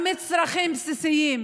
למצרכים בסיסיים,